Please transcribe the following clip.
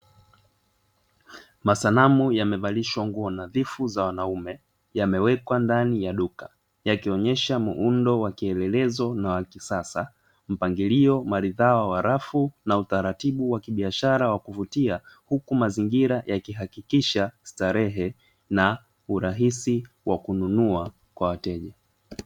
Masanamu yamevalishwa nguo nadhifu za wanaume, yamewekwa ndani ya duka; yakionyesha muundo wa kielelezo na wa kisasa, mpangilio maridhawa wa rafu na utaratibu wa kibiashara wa kuvutia huku mazingira yakihakikisha starehe na urahisi wa kununua kwa wateja.